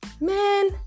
Man